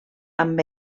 amb